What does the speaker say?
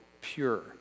pure